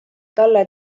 talle